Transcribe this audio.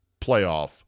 playoff